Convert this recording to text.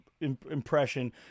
impression